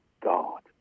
god